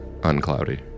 uncloudy